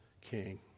king